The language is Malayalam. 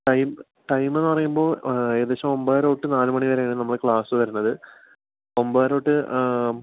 ടൈം ടൈമ് എന്നു പറയുമ്പോൾ ഏകദേശം ഒമ്പതരത്തൊട്ട് നാലു മണിവരെയാണ് നമ്മൾ ക്ലാസ്സ് വരുന്നത് ഒമ്പതരത്തൊട്ട്